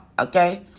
Okay